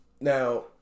now